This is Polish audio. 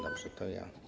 Dobrze, to ja.